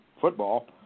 football